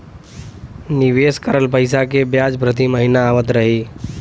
निवेश करल पैसा के ब्याज प्रति महीना आवत रही?